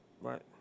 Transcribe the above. Right